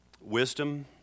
wisdom